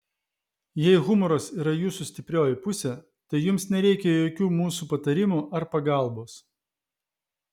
jei humoras yra jūsų stiprioji pusė tai jums nereikia jokių mūsų patarimų ar pagalbos